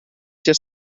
sia